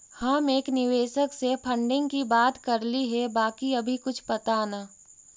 हम एक निवेशक से फंडिंग की बात करली हे बाकी अभी कुछ पता न